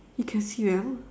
you can see them